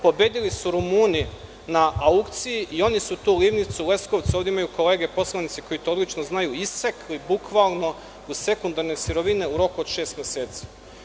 Pobedili su Rumuni na aukciji i oni su tu livnicu u Leskovcu, ovde ima kolega poslanika koji to odlično znaju, isekli bukvalno u sekundarne sirovine u roku od šest meseci.